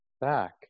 back